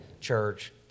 church